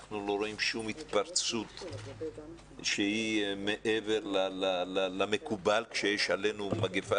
אנחנו לא רואים שום התפרצות שהיא מעבר למקובל כשיש עלינו מגפה,